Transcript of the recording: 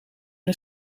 een